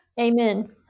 amen